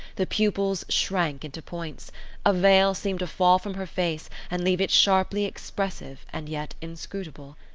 the pupils shrank into points a veil seemed to fall from her face, and leave it sharply expressive and yet inscrutable.